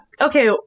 Okay